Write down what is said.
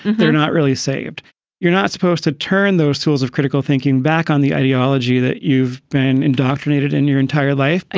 they're not really saved you're not supposed to turn those tools of critical thinking back on the ideology that you've been indoctrinated in your entire life. but